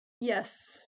Yes